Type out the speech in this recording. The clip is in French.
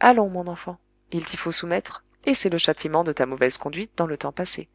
allons mon enfant il t'y faut soumettre et c'est le châtiment de ta mauvaise conduite dans le temps passé